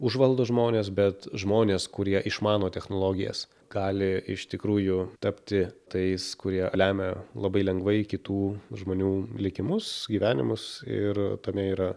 užvaldo žmones bet žmonės kurie išmano technologijas gali iš tikrųjų tapti tais kurie lemia labai lengvai kitų žmonių likimus gyvenimus ir tame yra